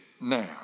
now